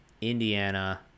indiana